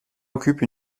occupe